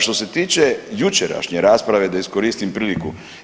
Što se tiče jučerašnje rasprave da iskoristim priliku.